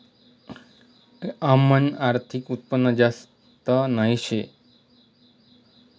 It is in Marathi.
आमनं आर्थिक उत्पन्न जास्त नही शे